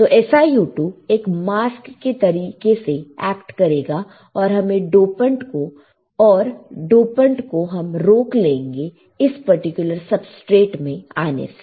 तो SiO2 एक mask के तरीके से एक्ट करेगा और हम डोपेंट को रोक लेंगे इस पर्टिकुलर सबस्ट्रेट में आने से